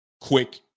Quick